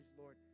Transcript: Lord